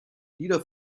lieder